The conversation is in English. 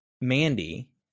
Mandy